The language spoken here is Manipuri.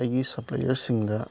ꯑꯩꯒꯤ ꯁꯞꯄ꯭ꯂꯥꯏꯌꯔꯁꯤꯡꯗ